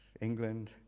England